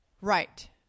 Right